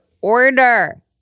order